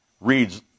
reads